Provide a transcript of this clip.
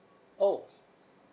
!ow!